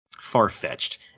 far-fetched